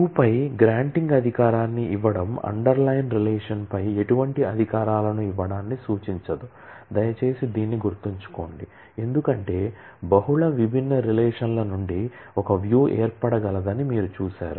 view పై granting అధికారాన్ని ఇవ్వడం అండర్లైన్ రిలేషన్పై ఎటువంటి అధికారాలను ఇవ్వడాన్ని సూచించదు దయచేసి దీన్ని గుర్తుంచుకోండి ఎందుకంటే బహుళ విభిన్న రిలేషన్ ల నుండి ఒక వ్యూ ఏర్పడగలదని మీరు చూశారు